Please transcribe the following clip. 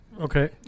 Okay